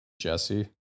Jesse